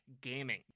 gaming